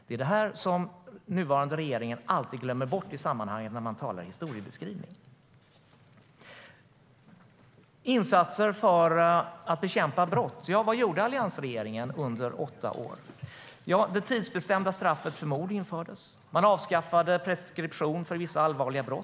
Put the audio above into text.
Det är det här som den nuvarande regeringen alltid glömmer bort i sammanhanget när man gör en historiebeskrivning. Sedan gäller det insatser för att bekämpa brott. Ja, vad gjorde alliansregeringen under åtta år? Det tidsbestämda straffet för mord infördes. Man avskaffade preskription för vissa allvarliga brott.